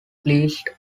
pleased